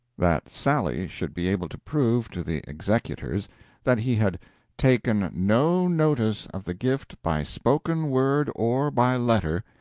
that sally should be able to prove to the executors that he had taken no notice of the gift by spoken word or by letter,